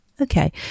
Okay